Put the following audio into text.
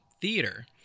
Theater